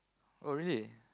oh really